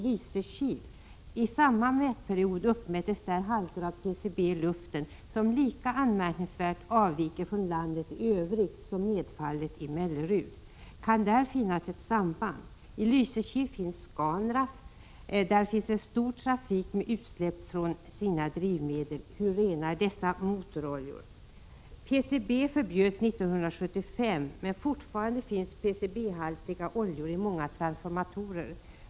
Under samma mätperiod uppmättes där PCB-halter i luften som lika anmärkningsvärt avviker från halterna för landet i övrigt som halterna gör när det gäller nedfallet i Mellerud. I Lysekil finns Scanraff. Där är det en omfattande trafik, med utsläpp från drivmedel. Hur rena är dessa motoroljor? PCB förbjöds 1975, men fortfarande finns PCB-haltiga oljor i många transformatorer.